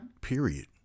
period